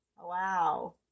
Wow